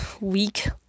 week